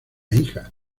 hija